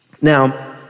Now